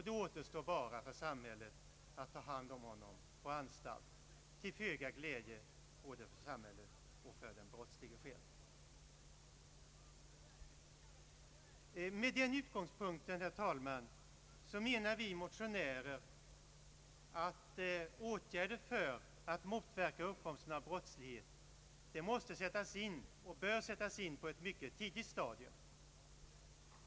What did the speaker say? Det återstår då bara för samhället att ta hand om honom på anstalt till föga glädje för samhället och för den brottslige själv. Med den utgångspunkten, herr talman, menar vi motionärer att åtgärder för att motverka uppkomsten av brottslighet bör och måste sättas in på ett mycket tidigt stadium.